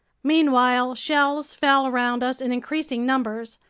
meanwhile shells fell around us in increasing numbers.